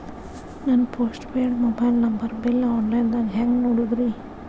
ನನ್ನ postpaid mobile number bill, online ದಾಗ hang ನೋಡೋದ್ರಿ?